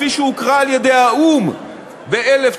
כפי שהוכרה על-ידי האו"ם ב-1947,